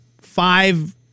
five